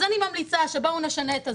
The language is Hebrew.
אז אני ממליצה שבואו נשנה את הזירות,